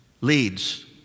leads